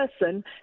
person